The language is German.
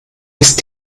ist